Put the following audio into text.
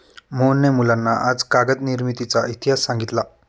मोहनने मुलांना आज कागद निर्मितीचा इतिहास सांगितला